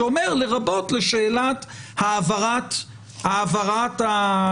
שאומר "לרבות לשאלת העברת הדיון".